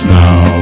now